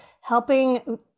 helping